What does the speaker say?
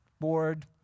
board